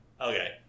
Okay